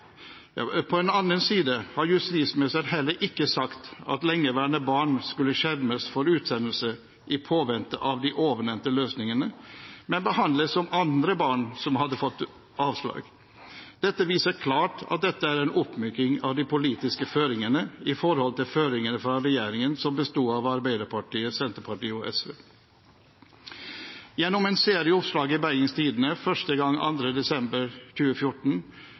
På den annen side har justisministeren heller ikke sagt at lengeværende barn skulle skjermes for utsendelse i påvente av de ovennevnte løsningene, men behandles som andre barn som hadde fått avslag. Dette viser klart at det er en oppmyking av de politiske føringene i forhold til føringene fra regjeringen som besto av Arbeiderpartiet, Senterpartiet og SV. Gjennom en serie oppslag i Bergens Tidende, første gang 2. desember 2014,